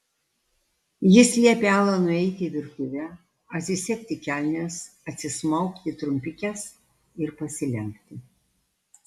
jis liepė alanui eiti į virtuvę atsisegti kelnes atsismaukti trumpikes ir pasilenkti